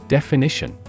Definition